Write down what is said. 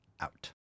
out